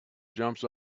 jumps